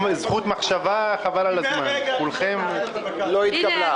תודה, לא התקבלה.